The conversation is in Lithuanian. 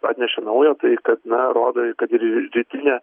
atnešė naujo tai kad na rodo kad ir rytinė